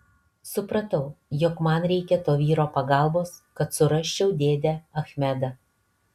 supratau jog man reikia to vyro pagalbos kad surasčiau dėdę achmedą